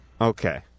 Okay